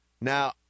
Now